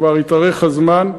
כבר התארך הזמן,